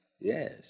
Yes